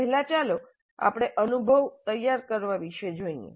પહેલા ચાલો આપણે અનુભવ તૈયાર કરવા વિશે જોઈએ